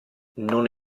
non